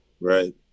Right